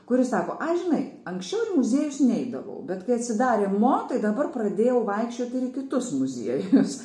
kuris sako ai žinai anksčiau ir muziejus neidavau bet kai atsidarė mo tai dabar pradėjau vaikščiot ir į kitus muziejus